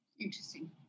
Interesting